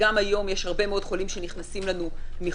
וגם היום יש הרבה מאוד חולים שנכנסים לנו מחו"ל.